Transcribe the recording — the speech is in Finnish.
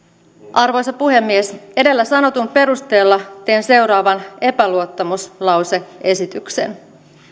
arvoisa puhemies edellä sanotun perusteella teen seuraavan epäluottamuslause esityksen